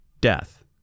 death